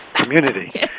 community